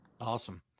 Awesome